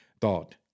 thought